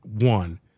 one